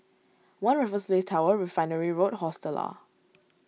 one Raffles Place Tower Refinery Road Hostel Lah